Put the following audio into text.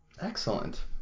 Excellent